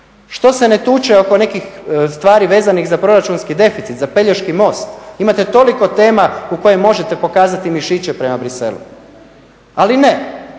Što se ne tuče oko nekih stvari vezanih za proračunski deficit, za Pelješki most? Imate toliko tema u kojima možete pokazati mišiće prema Bruxellesu. Ali ne,